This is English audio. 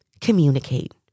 communicate